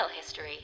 History